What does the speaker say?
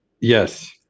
Yes